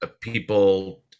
people